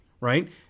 right